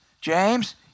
James